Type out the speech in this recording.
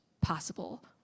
possible